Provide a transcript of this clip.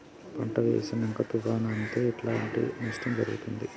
పంట వేసినంక తుఫాను అత్తే ఎట్లాంటి నష్టం జరుగుద్ది?